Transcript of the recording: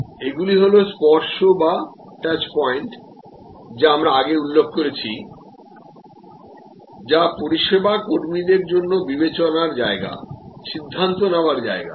সুতরাং এগুলি হল স্পর্শ বা টাচ পয়েন্টগুলি যা আমরা আগে উল্লেখ করেছি যা পরিষেবা কর্মীদের জন্য বিবেচনার জায়গা সিদ্ধান্ত নেওয়ার জায়গা